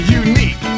unique